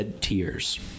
tears